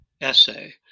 essay